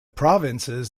provinces